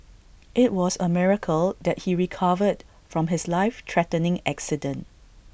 IT was A miracle that he recovered from his life threatening accident